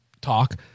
talk